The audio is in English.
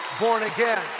born-again